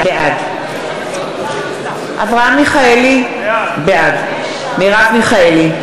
בעד אברהם מיכאלי, בעד מרב מיכאלי,